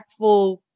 impactful